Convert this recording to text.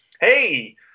hey